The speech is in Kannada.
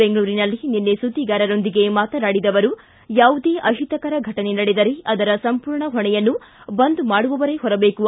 ಬೆಂಗಳೂರಿನಲ್ಲಿ ನಿನ್ನೆ ಸುದ್ದಿಗಾರರೊಂದಿಗೆ ಮಾತನಾಡಿದ ಅವರು ಯಾವುದೇ ಅಹಿತಕರ ಘಟನೆ ನಡೆದರೆ ಅದರ ಸಂಪೂರ್ಣ ಹೊಣೆಯನ್ನು ಬಂದ್ ಮಾಡುವವರೇ ಹೊರಬೇಕು